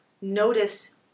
notice